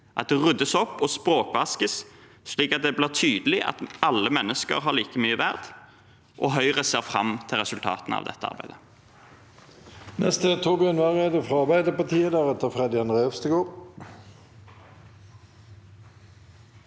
at det ryddes opp og språkvaskes, slik at det blir tydelig at alle mennesker er like mye verdt. Høyre ser fram til resultatene av dette arbeidet.